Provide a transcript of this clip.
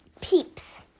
Peeps